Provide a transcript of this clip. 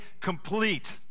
complete